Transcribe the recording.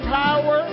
power